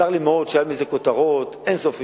צר לי מאוד שהיו על זה כותרות אין-סופיות.